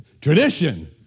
tradition